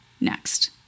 next